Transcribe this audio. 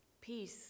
Peace